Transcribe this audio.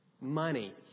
Money